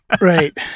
Right